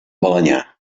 balenyà